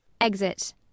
Exit